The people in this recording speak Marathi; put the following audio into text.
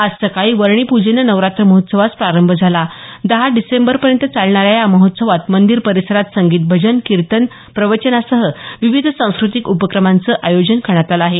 आज सकाळी वर्णी पूजेने नवरात्र महोत्सवास प्रारंभ झाला दहा डिसेंबरपर्यंत चालणाऱ्या या महोत्सवात मंदिर परिसरात संगीत भजन कीर्तन प्रवचनासह विविध सांस्कृतिक उपक्रमांचं आयोजन करण्यात आलं आहे